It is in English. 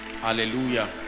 hallelujah